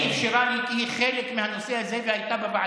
היא אפשרה לי כי היא חלק מהנושא הזה והייתה בוועדה.